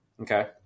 Okay